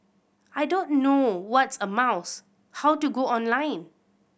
I don't know what's a mouse how to go online